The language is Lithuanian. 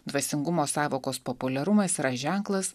dvasingumo sąvokos populiarumas yra ženklas